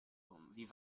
wie